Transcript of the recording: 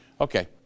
Okay